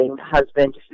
husband